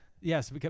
yes